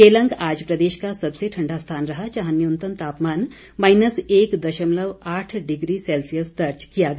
केलंग आज प्रदेश का सबसे ठंडा स्थान रहा जहां न्यूनतम तापमान माईनस एक दशमलव आठ डिग्री सैल्सियस दर्ज किया गया